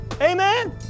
Amen